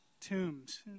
tombs